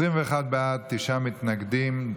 21 בעד, תשעה מתנגדים.